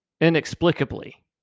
inexplicably